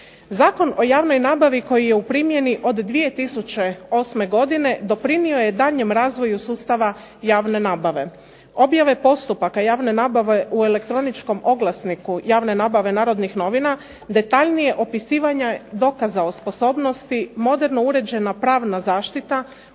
Zakon o javnoj nabavi koji je u primjeni od 2008. godine doprinijelo je daljnjem razvoju sustava javne nabave. Objave postupaka javne nabave u elektroničkom oglasniku javne nabave Narodnih novina detaljnije opisivanje dokaza o sposobnosti, moderno uređena pravna zaštita,